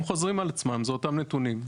הם חוזרים על עצמם זה אותם נתונים,